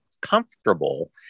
comfortable